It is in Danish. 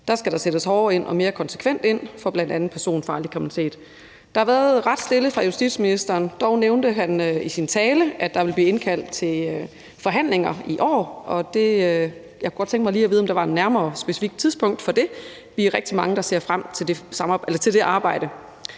der skal sættes hårdere og mere konsekvent ind over for bl.a. personfarlig kriminalitet. Der har været ret stille fra justitsministerens side. Dog nævnte han i sin tale, at der ville blive indkaldt til forhandlinger i år. Jeg kunne godt tænke mig lige at vide, om der var et nærmere specifikt tidspunkt for det. Vi er rigtig mange, der ser frem til det arbejde.